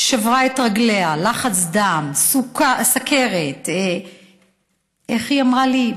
שברה את רגליה, לחץ דם, סוכרת, איך היא אמרה לי?